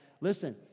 listen